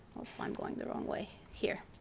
i'm going the wrong way. here.